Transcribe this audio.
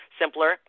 simpler